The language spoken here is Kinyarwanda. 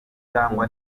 cyangwa